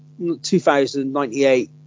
2098